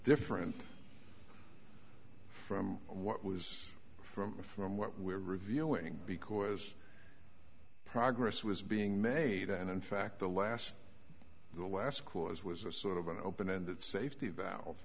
different from what was from the from what we're reviewing because progress was being made and in fact the last the last clause was a sort of an open ended safety valve